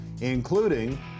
including